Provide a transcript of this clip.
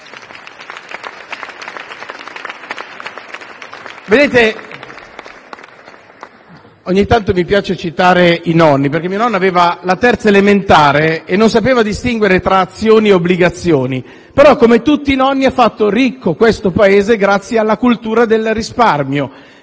M5S)*. Ogni tanto mi piace citare i nonni, perché mio nonno aveva la terza elementare e non sapeva distinguere tra azioni e obbligazioni, però, come tutti i nonni, ha fatto ricco questo Paese grazie alla cultura del risparmio.